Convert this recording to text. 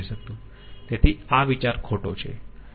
તેથી આ વિચાર ખોટો છે